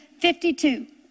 52